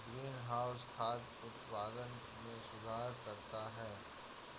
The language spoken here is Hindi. ग्रीनहाउस खाद्य उत्पादन में सुधार करता है